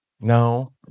No